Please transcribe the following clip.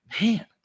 man